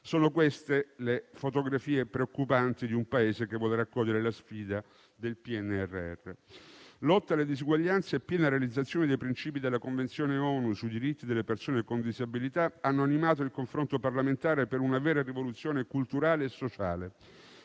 sono queste le fotografie preoccupanti di un Paese che vuole raccogliere la sfida del PNRR. La lotta alle disuguaglianze e la piena realizzazione dei principi della Convenzione delle Nazioni Unite sui diritti delle persone con disabilità hanno animato il confronto parlamentare per una vera rivoluzione culturale e sociale